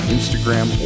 Instagram